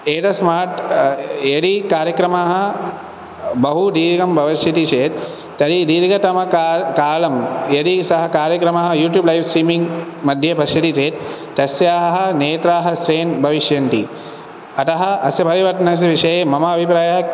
एतस्मात् यदि कार्यक्रमः बहु दीर्घं भविष्यति चेत् तर्हि दीर्घतमका कालं यदि सः कार्यक्रमः यूट्यूब् लैव् स्ट्रीमिङ्ग् मद्ये पश्यति चेत् तस्याः नेत्राः स्ट्रेन् भविष्यन्ति अतः अस्य परिवर्तनस्य विषये मम अभिप्रायः